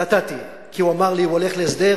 נתתי, כי הוא אמר לי שהוא הולך להסדר.